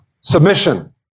submission